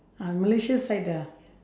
ah malaysia side ah